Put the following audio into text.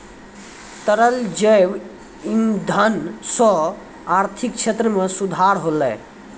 तरल जैव इंधन सँ आर्थिक क्षेत्र में सुधार होलै